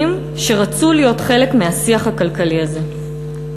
שרצו להיות חלק מהשיח הכלכלי הזה.